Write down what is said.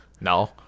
No